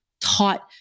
taught